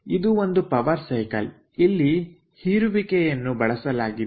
ಇದು ಒಂದು power cycle ಇಲ್ಲಿ ಹೀರುವಿಕೆಯನ್ನು ಬಳಸಲಾಗಿದೆ